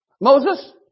Moses